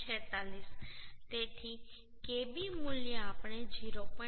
46 તેથી kb મૂલ્ય આપણે 0